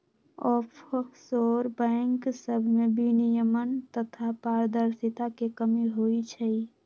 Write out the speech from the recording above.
offshore bank सभमें विनियमन तथा पारदर्शिता के कमी होइ छइ